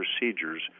procedures